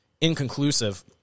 inconclusive